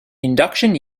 induction